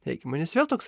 neigiama nes vėl toks